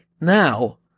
Now